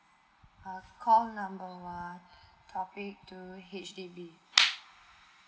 uh call number one topic two H_D_B